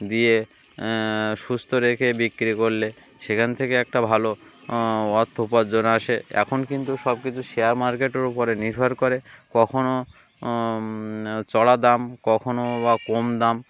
দিয়ে সুস্থ রেখে বিক্রি করলে সেখান থেকে একটা ভালো অর্থ উপার্জন আসে এখন কিন্তু সব কিছু শেয়ার মার্কেটের ও উপরে নির্ভর করে কখনও চড়া দাম কখনও বা কম দাম